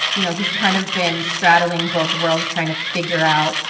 you know, he's kind of been straddling both worlds trying to figure out,